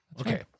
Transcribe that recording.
Okay